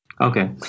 Okay